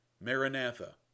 maranatha